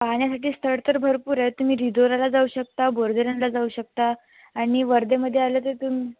पाहण्यासाठी स्थळ तर भरपूर आहे तुम्ही रिदोराला जाऊ शकता बोर धरणाला जाऊ शकता आणि वर्ध्यामध्ये आलं तर तुम